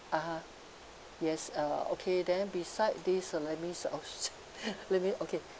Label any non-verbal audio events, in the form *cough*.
(uh huh) yes uh okay then beside this uh let me *laughs* let me okay